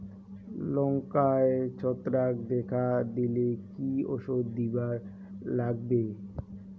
লঙ্কায় ছত্রাক দেখা দিলে কি ওষুধ দিবার লাগবে?